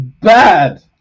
bad